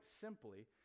simply